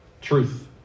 truth